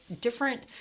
different